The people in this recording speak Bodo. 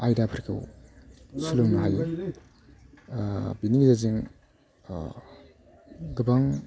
आयदाफोरखौ सोलोंनो हायो बिनि गेजेरजों गोबां